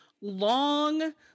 long